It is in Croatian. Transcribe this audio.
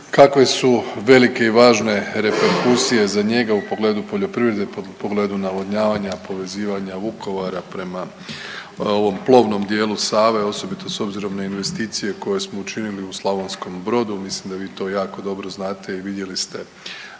kakve su velike i važne reperkusije za njega u pogledu poljoprivrede, u pogledu navodnjavanja, povezivanja Vukovara prema ovom plovnom dijelu Save osobito s obzirom na investicije koje smo učinili u Slavonskom Brodu. Mislim da vi to jako dobro znate i vidjeli ste